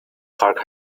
kirk